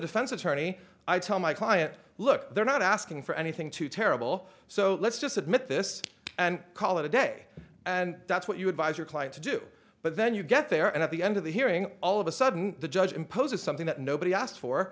defense attorney i tell my client look they're not asking for anything too terrible so let's just admit this and call it a day and that's what you advise your client to do but then you get the and at the end of the hearing all of a sudden the judge imposes something that nobody asked for